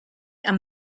amb